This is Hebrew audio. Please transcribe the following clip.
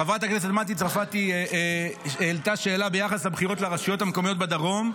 חברת הכנסת מטי צרפתי העלתה שאלה ביחס לבחירות לרשויות המקומיות בדרום.